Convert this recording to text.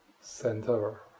center